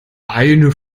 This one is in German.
eine